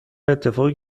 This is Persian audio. اتفاقی